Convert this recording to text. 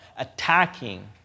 attacking